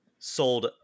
sold